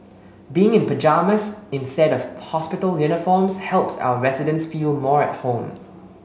being in pyjamas instead of hospital uniforms helps our residents feel more at home